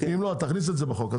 תכניס את זה בחוק.